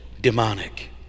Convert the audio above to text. demonic